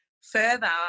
further